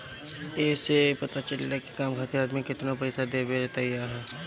ए से ई पता चलेला की काम खातिर आदमी केतनो पइसा देवेला तइयार हअ